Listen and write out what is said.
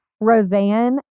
Roseanne